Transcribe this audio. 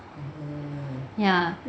ya